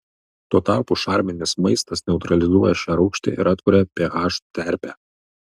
tuo tarpu šarminis maistas neutralizuoja šią rūgštį ir atkuria ph terpę